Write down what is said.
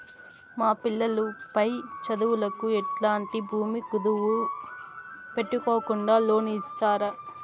మా పిల్లలు పై చదువులకు ఎట్లాంటి భూమి కుదువు పెట్టుకోకుండా లోను ఇస్తారా